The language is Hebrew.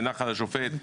בנחל השופט,